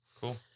Cool